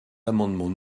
l’amendement